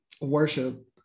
worship